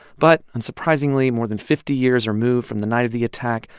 but unsurprisingly, more than fifty years removed from the night of the attack,